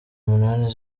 munani